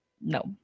no